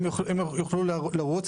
הם יוכלו לרוץ,